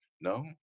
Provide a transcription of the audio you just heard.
No